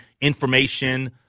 information